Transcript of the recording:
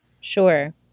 Sure